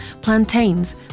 plantains